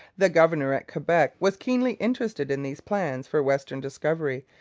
the governor at quebec was keenly interested in these plans for western discovery,